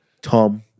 Tom